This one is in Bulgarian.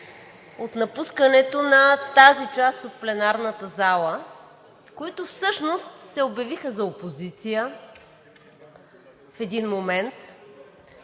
от напускането на тази част от пленарната зала, които всъщност се обявиха за опозиция в един момент,